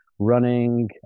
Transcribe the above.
running